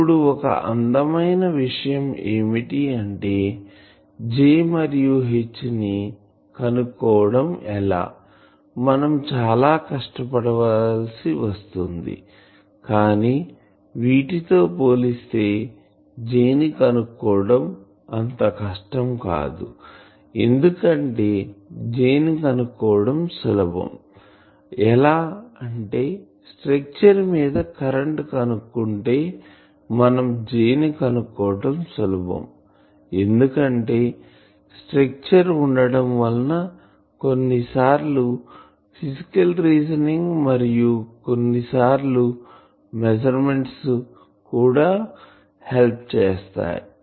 ఇప్పుడు ఒక అందమైన విషయం ఏమిటి అంటే E మరియు Hని కనుక్కోవడం లో మనం చాలా కష్టపవల్సి వస్తుంది కానీ వీటితో పోలిస్తే ని J కనుక్కోవటం అంతా కష్టం కాదు ఎందుకంటే J ని కనుక్కోవటం సులభం ఎలా అంటే స్ట్రక్చర్ మీద కరెంటు కనుక్కుంటే మనం J ని కనుక్కోవటం సులభం ఎందుకంటే స్ట్రక్చర్ ఉండటం వలన కొన్నిసార్లు ఫిసికల్ రీజనింగ్ మరియు కొన్నిసార్లు మెషర్మెంట్ కూడా హెల్ప్ చేస్తుంది